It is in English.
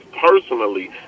personally